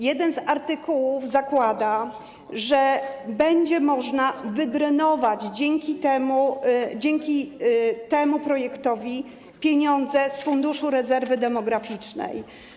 Jeden z artykułów zakłada, że będzie można wydrenować dzięki temu projektowi pieniądze z Funduszu Rezerwy Demograficznej.